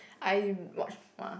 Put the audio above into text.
I watch mah